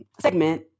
segment